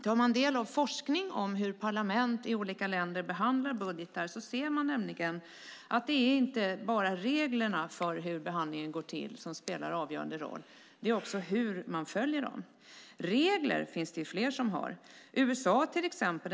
Tar man del av forskning om hur parlament i olika länder behandlar budgetar ser man nämligen att det inte bara är reglerna för hur behandlingen ska gå till som spelar en avgörande roll. Det är också hur man följer dem. Regler finns det ju fler som har, USA till exempel.